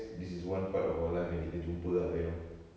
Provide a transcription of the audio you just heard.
this is one part of our life yang kita jumpa ah you know